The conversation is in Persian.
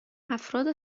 افراد